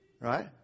Right